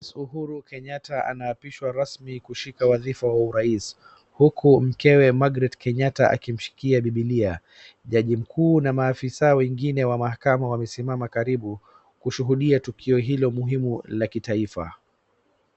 Rais Uhuru Kenyatta anaapishwa rasmi kushika wadhifa wa urais huku mkewe Margret Kenyatta akimshikia bibilia. Jaji mkuu na maafisa wengine wa mahakama wamesimama karibu kushuhudia tukio hilo muhimu la kitaifa.